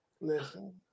Listen